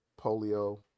polio